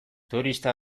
turista